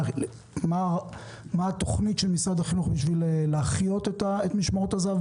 ומה התוכנית של משרד החינוך כדי להחיות את משמרות הזה"ב,